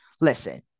listen